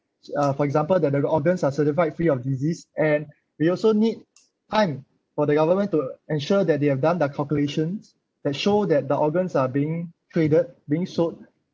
uh for example the the organs are certified free of disease and we also need time for the government to ensure that they have done the calculations that show that the organs are being traded being sold